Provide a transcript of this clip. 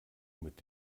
mit